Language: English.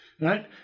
right